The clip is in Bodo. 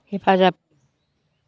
हेफाजाब